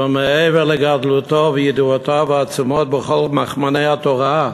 אבל מעבר לגדלותו וידיעותיו העצומות בכל מכמני התורה,